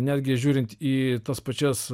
netgi žiūrint į tas pačias